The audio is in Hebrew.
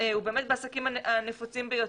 הוא באמת מהעסקים הנפוצים ביותר,